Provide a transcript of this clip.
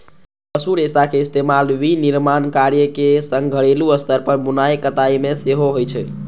पशु रेशाक इस्तेमाल विनिर्माण कार्यक संग घरेलू स्तर पर बुनाइ कताइ मे सेहो होइ छै